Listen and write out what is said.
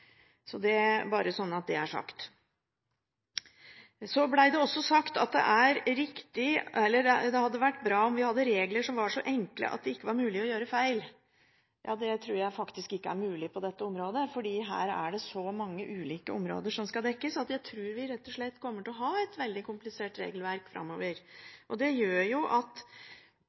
så det er sagt. Det ble også sagt at det hadde vært bra om vi hadde hatt regler som var så enkle at det ikke var mulig å gjøre feil. Det tror jeg ikke er mulig på dette området. Her er det så mange ulike områder som skal dekkes, at jeg tror vi rett og slett kommer til å ha et veldig komplisert regelverk framover. Det gjør at